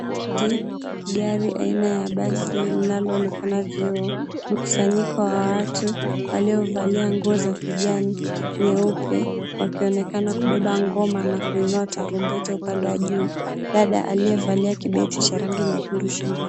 Gari aina ya basi linaloonekana vioo, mkusanyiko wa watu waliovalia nguo za kijani, nyeupe, wakionekana kubeba ngoma na kuinua tarumbeta upande wa juu. Dada aliyevalia kibeti cha rangi nyekundu shingoni.